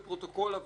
בפרוטוקול הוועדה,